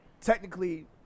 technically